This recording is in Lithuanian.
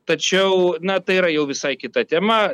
tačiau na tai yra jau visai kita tema